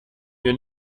mir